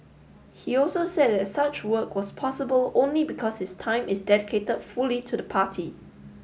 he also said that such work was possible only because his time is dedicated fully to the party